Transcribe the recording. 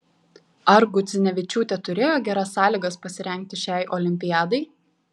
ar gudzinevičiūtė turėjo geras sąlygas pasirengti šiai olimpiadai